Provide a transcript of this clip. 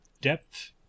depth